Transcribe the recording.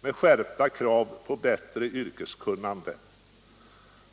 med skärpta krav på bättre yrkeskunnande.